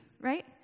right